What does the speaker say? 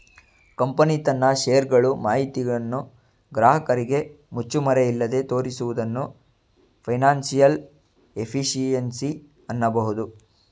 company ತನ್ನ share ಗಳು ಮಾಹಿತಿಯನ್ನು ಗ್ರಾಹಕರಿಗೆ ಮುಚ್ಚುಮರೆಯಿಲ್ಲದೆ ತೋರಿಸುವುದನ್ನು ಫೈನಾನ್ಸಿಯಲ್ ಎಫಿಷಿಯನ್ಸಿ ಅನ್ನಬಹುದು